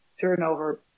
turnover